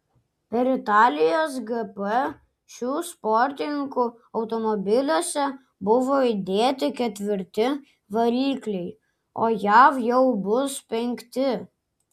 per italijos gp šių sportininkų automobiliuose buvo įdėti ketvirti varikliai o jav jau bus penkti